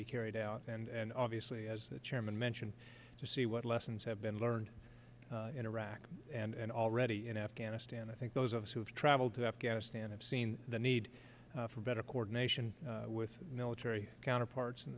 be carried out and obviously as the chairman mentioned to see what lessons have been learned in iraq and already in afghanistan i think those of us who have traveled to afghanistan have seen the need for better coordination with military counterparts